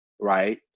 right